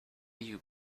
you